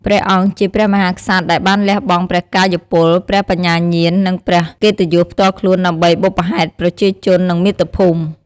ព្រះអង្គជាព្រះមហាក្សត្រដែលបានលះបង់ព្រះកាយពល ព្រះបញ្ញាញាណ និងព្រះកិត្តិយសផ្ទាល់ខ្លួន ដើម្បីបុព្វហេតុប្រជាជន និងមាតុភូមិ។